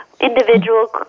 Individual